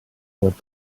what